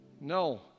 No